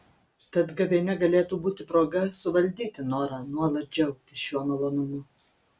tad gavėnia galėtų būti proga suvaldyti norą nuolat džiaugtis šiuo malonumu